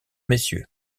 messieurs